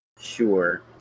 Sure